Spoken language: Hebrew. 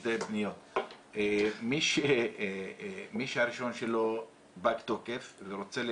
טופסי פניות, מי שהרישיון שלו פג תוקף ורוצה לחדש,